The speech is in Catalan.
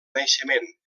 naixement